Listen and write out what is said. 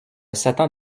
satan